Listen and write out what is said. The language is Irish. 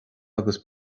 agus